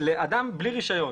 לאדם בלי רישיון.